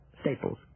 Staples